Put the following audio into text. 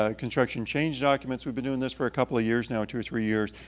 ah construction change documents. we've been doing this for a couple of years now, two or three years,